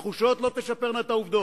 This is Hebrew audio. התחושות לא תשפרנה את העובדות.